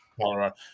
Colorado